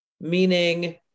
meaning